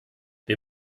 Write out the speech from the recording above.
wir